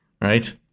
right